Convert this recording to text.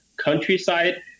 Countryside